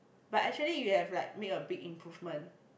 but actually you have like make a big improvement